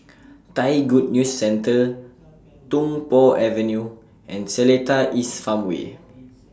Thai Good News Centre Tung Po Avenue and Seletar East Farmway